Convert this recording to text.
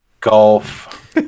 Golf